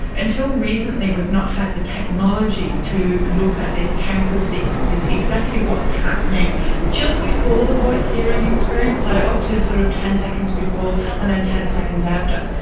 until recently we've not had the technology to look at this temporal sequence and exactly what's happening just before the voice-hearing experience, so up to sort of ten seconds before and then ten seconds after.